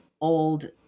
old